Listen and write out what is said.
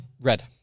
Red